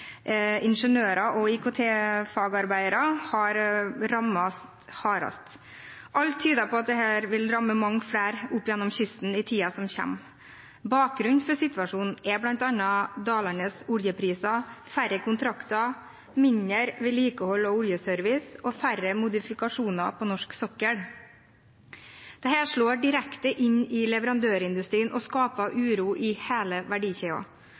Ingeniører og IKT-fagarbeidere har blitt hardest rammet. Alt tyder på at dette vil ramme mange flere oppover langs kysten i tiden som kommer. Bakgrunnen for situasjonen er bl.a. dalende oljepriser, færre kontrakter, mindre vedlikehold og oljeservice og færre modifikasjoner på norsk sokkel. Dette slår direkte inn i leverandørindustrien og skaper uro i hele